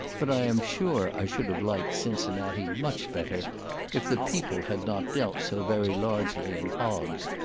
but i am sure i should have liked cincinnati much better if the people had not dealt so very largely in hogs.